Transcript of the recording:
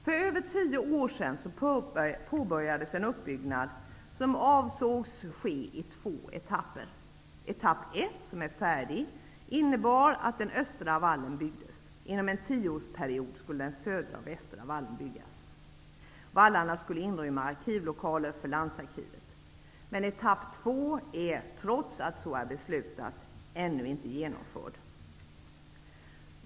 För över tio år sedan påbörjades en uppbyggnad som avsågs ske i två etapper. Etapp 1 är färdig och har innefattat uppförandet av den östra vallen. Under en tioårsperiod var det tänkt att den södra och den västra vallen skulle byggas. Vallarna skulle inrymma arkivlokaler för landsarkivet. Etapp 2 är, trots fattat beslut, ännu inte genomförd.